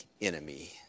enemy